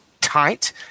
tight